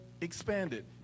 expanded